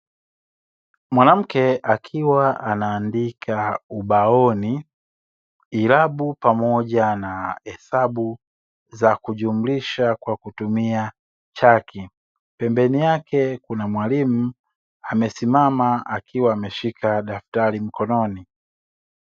Mwanamke akiwa anaandika ubaoni irabu pamoja na hesabu za kujumlisha kwa kutumia chaki, pembeni yake kuna mwalimu amesimama akiwa ameshika daftari mkononi.